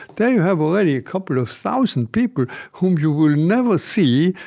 there you have already a couple of thousand people whom you will never see,